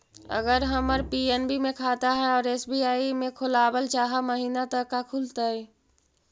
अगर हमर पी.एन.बी मे खाता है और एस.बी.आई में खोलाबल चाह महिना त का खुलतै?